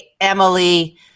Emily